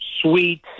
sweet